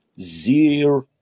Zero